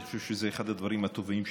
אני חושב שזה אחד הדברים הטובים שנעשו,